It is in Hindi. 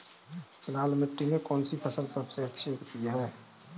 लाल मिट्टी में कौन सी फसल सबसे अच्छी उगती है?